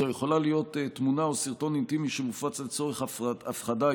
זו יכולה להיות תמונה או סרטון אינטימי שמופצים לצורך הפחדה,